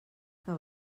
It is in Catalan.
que